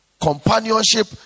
companionship